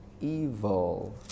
evil